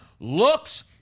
looks